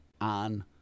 on